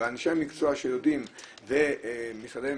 ואנשי המקצוע שיודעים ומשרדי הממשלה,